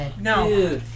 No